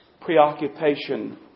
preoccupation